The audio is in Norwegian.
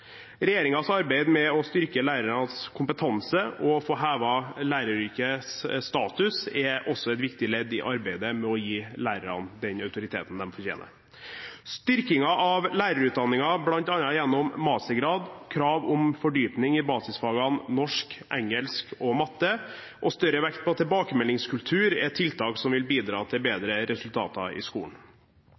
arbeid med å styrke lærernes kompetanse og å få hevet læreryrkets status er også et viktig ledd i arbeidet med å gi lærerne den autoriteten de fortjener. Styrkingen av lærerutdanningen, bl.a. gjennom mastergrad, krav om fordypning i basisfagene norsk, engelsk og matte og større vekt på tilbakemeldingskultur er tiltak som vil bidra til bedre resultater i skolen.